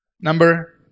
Number